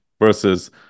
Versus